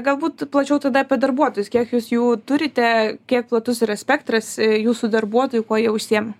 galbūt plačiau tada apie darbuotojus kiek jūs jų turite kiek platus yra spektras jūsų darbuotojų kuo jie užsiima